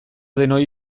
denoi